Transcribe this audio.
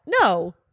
No